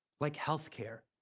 like healthcare,